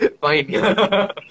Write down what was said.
Fine